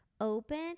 open